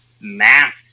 math